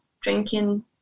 drinking